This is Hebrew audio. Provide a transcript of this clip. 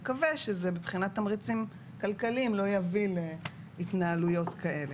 נקווה שמבחינת התמריצים הכלכליים זה לא יביא להתנהלויות כאלה.